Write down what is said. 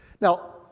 Now